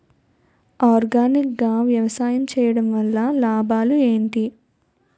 Organic గా వ్యవసాయం చేయడం వల్ల లాభాలు ఏంటి?